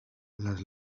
las